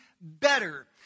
better